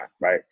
right